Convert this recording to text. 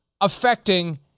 affecting